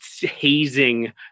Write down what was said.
hazing